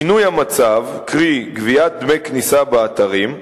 שינוי המצב, קרי גביית דמי כניסה באתרים,